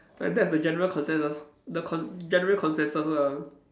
like that's the general consensus the con~ general consensus lah